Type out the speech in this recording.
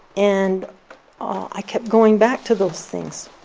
and i kept going back to those things